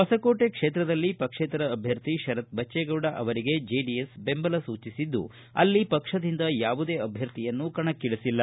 ಹೊಸಕೋಟೆ ಕ್ಷೇತ್ರದಲ್ಲಿ ಪಕ್ಷೇತರ ಅಭ್ಯರ್ಥಿ ಶರತ್ ಬಚ್ಚೇಗೌಡ ಅವರಿಗೆ ಜೆಡಿಎಸ್ ಬೆಂಬಲ ಸೂಚಿಸಿದ್ದು ಅಲ್ಲಿ ಪಕ್ಷದಿಂದ ಯಾವುದೇ ಅಭ್ವರ್ಥಿಯನ್ನು ಕಣಕ್ಕಿಳಿಸಿಲ್ಲ